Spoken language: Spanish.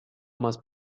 más